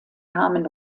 namen